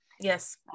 Yes